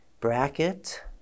bracket